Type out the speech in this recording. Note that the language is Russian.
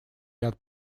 ряд